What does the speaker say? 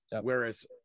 Whereas